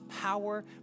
power